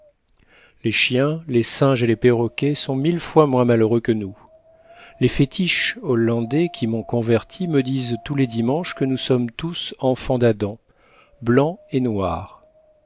les chiens les singes et les perroquets sont mille fois moins malheureux que nous les fétiches hollandais qui m'ont converti me disent tous les dimanches que nous sommes tous enfants d'adam blancs et noirs